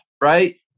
right